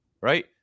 Right